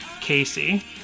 Casey